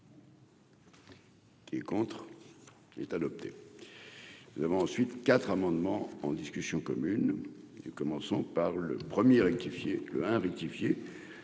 Qui est contre, il est adopté, nous avons ensuite 4 amendements en discussion commune, commençons par le 1er rectifier